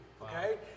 Okay